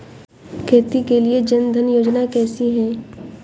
खेती के लिए जन धन योजना कैसी है?